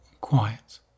quiet